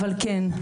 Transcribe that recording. אבל כן.